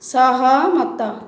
ସହମତ